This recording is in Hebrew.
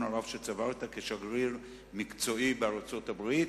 הרב שצברת כשגריר מקצועי בארצות-הברית.